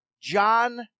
John